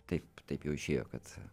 taip taip jau išėjo kad